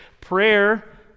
prayer